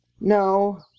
No